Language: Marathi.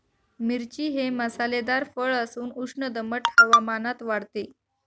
मिरची हे मसालेदार फळ असून उष्ण दमट हवामानात वाढते